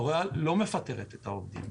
לוריאל לא מפטרת את העובדים,